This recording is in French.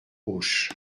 auch